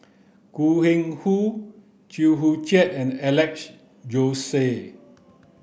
Koh Eng Hoon Chew Joo Chiat and Alex Josey